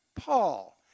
Paul